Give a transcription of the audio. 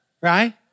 right